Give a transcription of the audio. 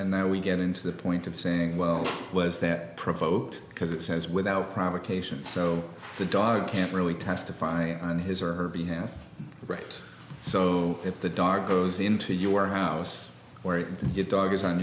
now we get into the point of saying well was that provoked because it says without provocation so the dog can't really testify on his or her behalf right so if the dog goes into your house where your dog is on